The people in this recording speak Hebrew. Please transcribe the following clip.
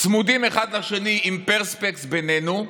צמודים אחד לשני עם פרספקס בינינו,